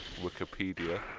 Wikipedia